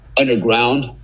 underground